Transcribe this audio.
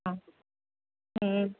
हा